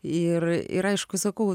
ir aišku sakau